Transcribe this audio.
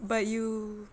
but you